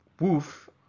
Woof